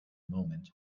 moment